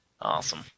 Awesome